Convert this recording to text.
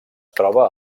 troba